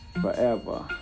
forever